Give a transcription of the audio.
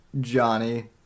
Johnny